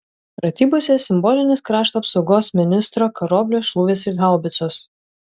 pratybose simbolinis krašto apsaugos ministro karoblio šūvis iš haubicos